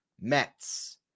Mets